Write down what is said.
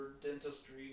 dentistry